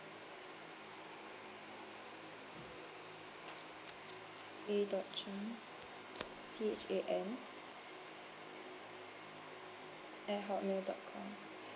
A dot chan C H A N at Hotmail dot com